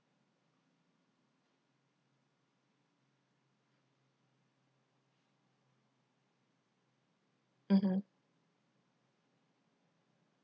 mmhmm